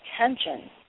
attention